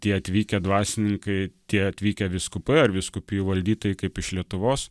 tie atvykę dvasininkai tie atvykę vyskupai ar vyskupijų valdytojai kaip iš lietuvos